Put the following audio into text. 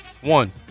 One